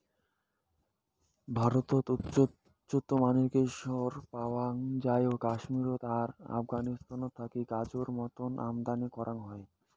ভারতত উচ্চমানের কেশর পাওয়াং যাই কাশ্মীরত আর আফগানিস্তান থাকি গরোজ মতন আমদানি করাং হই